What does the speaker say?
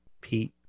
Pete